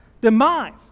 demise